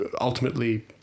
ultimately